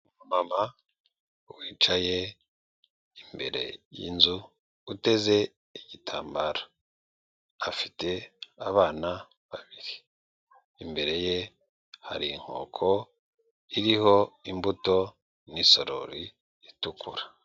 Umumama wicaye imbere y'inzu uteze igitambaro afite abana babiri, imbere ye hari inkoko iriho imbuto n'isorori itukura.